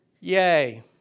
Yay